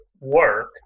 work